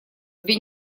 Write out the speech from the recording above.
две